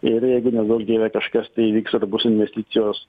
ir jeigu neduok dieve kažkas tai įvyks ar bus investicijos